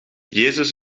jezus